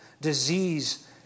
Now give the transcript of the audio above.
disease